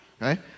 right